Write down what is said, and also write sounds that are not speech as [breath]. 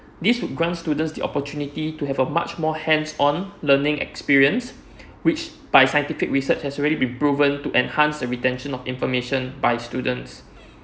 this would grant students the opportunity to have a much more hands-on learning experience [breath] which by scientific research has already been proven to enhance the retention of information by students